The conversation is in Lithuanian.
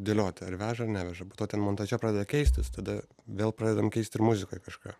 dėlioti ar veža ar neveža be to ten montaže pradeda keistis tada vėl pradedam keist ir muzikoj kažką